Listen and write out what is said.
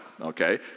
okay